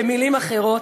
במילים אחרות,